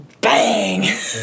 bang